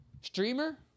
Streamer